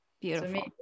Beautiful